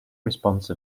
response